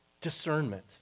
discernment